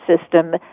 system